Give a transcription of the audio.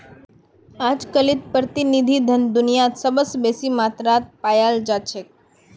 अजकालित प्रतिनिधि धन दुनियात सबस बेसी मात्रात पायाल जा छेक